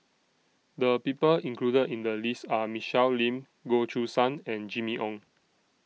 The People included in The list Are Michelle Lim Goh Choo San and Jimmy Ong